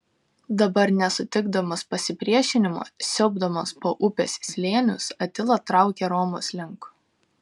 dabar nesutikdamas pasipriešinimo siaubdamas po upės slėnius atila traukia romos link